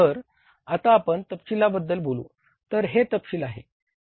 तर आता आपण तपशीलाबद्दल बोलू तर हे तपशील आहे